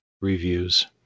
reviews